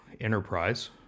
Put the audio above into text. enterprise